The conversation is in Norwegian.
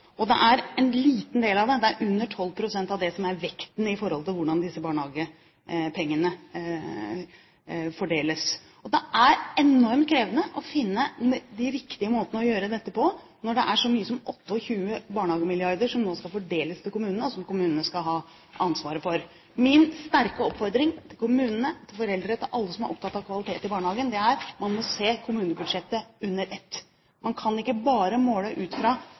Og det er en liten del av det, under 12 pst., som er vekten med hensyn til hvordan disse barnehagepengene fordeles. Det er enormt krevende å finne de riktige måtene å gjøre dette på, når det er så mye som 28 barnehagemilliarder som nå skal fordeles til kommunene, og som kommunene skal ha ansvaret for. Min sterke oppfordring til kommunene, til foreldre – til alle som er opptatt av kvalitet i barnehagen – er: Man må se kommunebudsjettet under ett. Man kan ikke bare måle ut fra